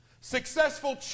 Successful